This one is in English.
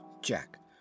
Jack